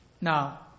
Now